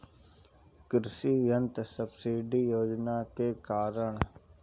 कृषि यंत्र सब्सिडी योजना के कारण?